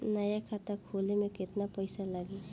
नया खाता खोले मे केतना पईसा लागि?